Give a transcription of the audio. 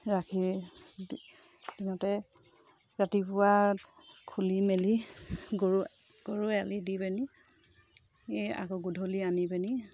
ৰাখি ৰাতিপুৱা খুলি মেলি গৰু গৰু এৰাল দি পেনি আকৌ গধূলি আনি পেনি